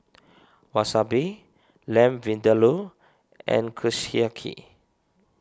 Wasabi Lamb Vindaloo and Kushiyaki